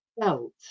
felt